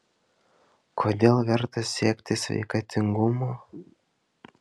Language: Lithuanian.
kodėl verta siekti sveikatingumo